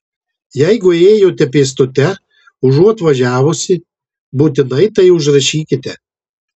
jeigu ėjote pėstute užuot važiavusi būtinai tai užrašykite